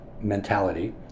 mentality